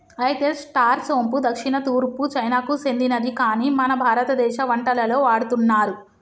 అయితే స్టార్ సోంపు దక్షిణ తూర్పు చైనాకు సెందినది కాని మన భారతదేశ వంటలలో వాడుతున్నారు